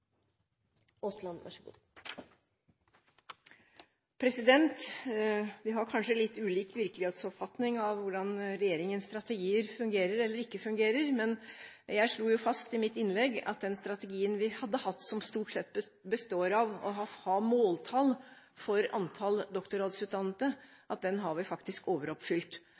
Vi har kanskje litt ulik virkelighetsoppfatning av hvordan regjeringens strategier fungerer eller ikke fungerer, men jeg slo jo fast i mitt innlegg at den strategien vi har hatt, som stort sett består av å ha måltall for antall doktorgradsutdannede, har vi faktisk overoppfylt.